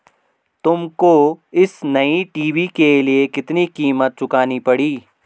तुमको इस नए टी.वी के लिए कितनी कीमत चुकानी पड़ी?